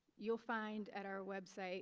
you'll find at our website